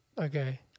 okay